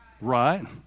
Right